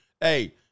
hey